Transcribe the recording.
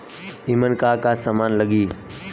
ईमन का का समान लगी?